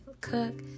cook